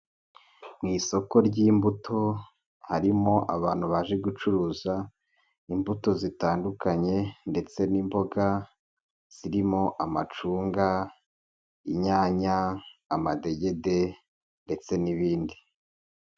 Mu isoko ry'imbuto harimo abantu baje gucuruza imbuto zitandukanye ndetse n'imboga zirimo: amacunga, inyanya, amadegede ndetse n'ibindi.